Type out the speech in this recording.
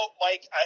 Mike